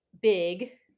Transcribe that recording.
big